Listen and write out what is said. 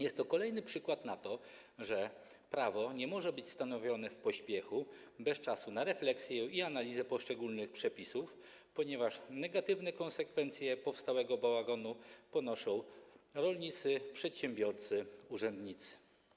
Jest to kolejny przykład na to, że prawo nie może być stanowione w pośpiechu, bez czasu na refleksję i analizę poszczególnych przepisów, ponieważ negatywne konsekwencje powstałego bałaganu ponoszą rolnicy, przedsiębiorcy, urzędnicy.